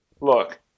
Look